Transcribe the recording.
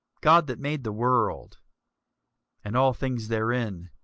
god that made the world and all things therein,